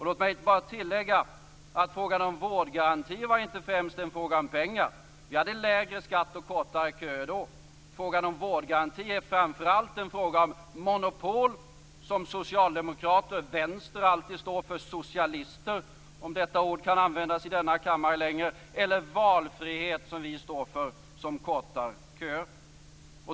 Låt mig tillägga att frågan om vårdgaranti främst inte var en fråga om pengar. Vi hade lägre skatt och kortare köer. Frågan om vårdgaranti är framför allt en fråga om monopol, som socialdemokrater och vänster alltid står för, dvs. socialister - om det ordet fortfarande kan användas i kammaren - eller valfrihet, som vi står för, som kortar köer.